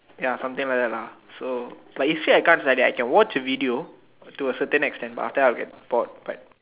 ya something like that lah so but usually I can't study I can watch a video till a certain extent but after that I'll get bored but